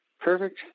Perfect